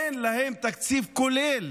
אין להן תקציב כולל